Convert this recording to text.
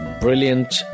brilliant